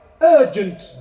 urgent